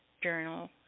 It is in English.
journal